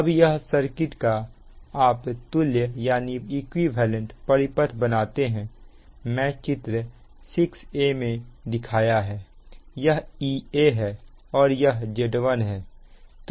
अब यह सर्किट का आप तुल्य परिपथ बनाते हैं मैंने चित्र में दिखाया है यह Ea है और यह Z1 है